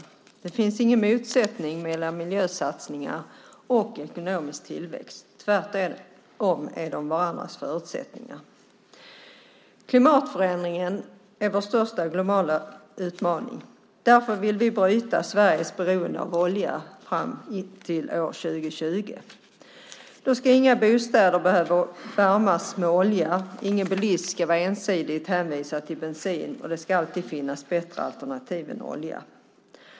Det finns ingen motsättning mellan miljösatsningar och ekonomisk tillväxt. Tvärtom är de varandras förutsättningar. Klimatförändringen är vår största globala utmaning. Därför vill vi bryta Sveriges beroende av olja till år 2020. Då ska inga bostäder behöva värmas med olja, ingen bilist vara ensidigt hänvisad till bensin, och det ska alltid finnas bättre alternativ än olja.